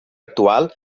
actual